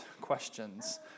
questions